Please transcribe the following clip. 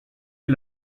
est